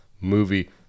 movie